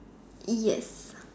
yes